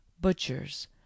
butchers